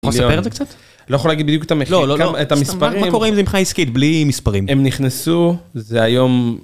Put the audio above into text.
אתה יכול לספר על זה קצת? לא יכול להגיד בדיוק את המכירה, את המספרים, מה קורה עם זה מבחינה עסקית , בלי מספרים? הם נכנסו זה היום